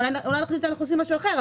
ואולי נחליט שאנחנו עושים משהו אחר,